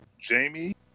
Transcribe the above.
Jamie